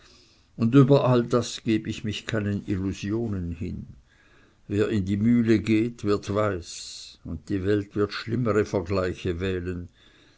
anders über all das geb ich mich keinen illusionen hin wer in die mühle geht wird weiß und die welt wird schlimmere vergleiche wählen